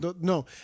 No